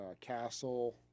Castle